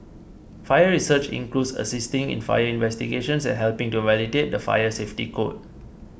fire research includes assisting in fire investigations and helping to validate the fire safety code